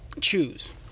choose